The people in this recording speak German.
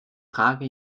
trage